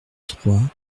trois